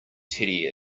teddy